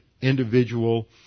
individual